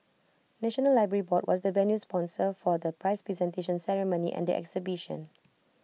National Library board was the venue sponsor for the prize presentation ceremony and the exhibition